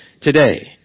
today